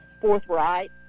forthright